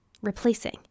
replacing